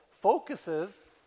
focuses